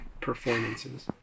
performances